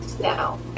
now